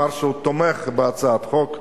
הוא אמר שהוא תומך בהצעת החוק,